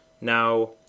Now